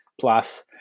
plus